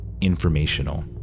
informational